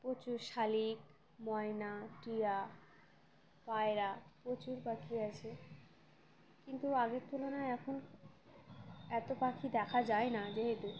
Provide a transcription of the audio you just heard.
প্রচুর শালিক ময়না টিয়া পায়রা প্রচুর পাখি আছে কিন্তু আগের তুলনায় এখন এতো পাখি দেখা যায় না যেহেতু